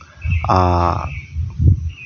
आ